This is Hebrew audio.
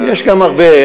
יש גם הרבה.